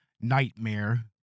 nightmare